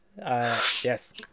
Yes